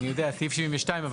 סעיף 72 אני יודע,